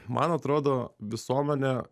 man atrodo visuomenė